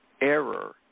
error